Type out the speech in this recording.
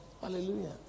Hallelujah